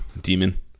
demon